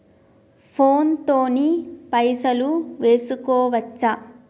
Phone తోని పైసలు వేసుకోవచ్చా?